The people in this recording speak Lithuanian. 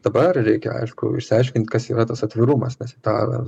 dabar reikia aišku išsiaiškint kas yra tas atvirumas nes į tą